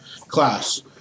class